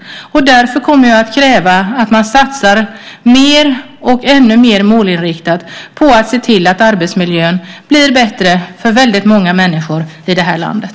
Därför kommer jag att kräva att man satsar ännu mer målinriktat på att se till att arbetsmiljön blir bättre för många människor i det här landet.